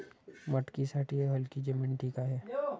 मटकीसाठी हलकी जमीन ठीक आहे